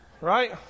right